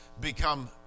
become